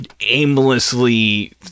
aimlessly